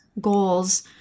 goals